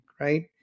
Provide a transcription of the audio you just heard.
right